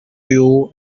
queue